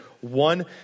one